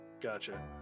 gotcha